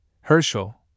Herschel